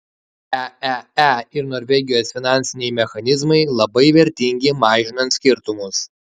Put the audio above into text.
eee ir norvegijos finansiniai mechanizmai labai vertingi mažinant skirtumus